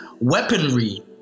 weaponry